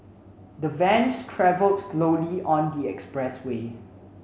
the van travelled slowly on the expressway